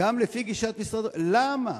למה?